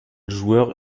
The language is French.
joueur